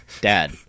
dad